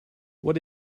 what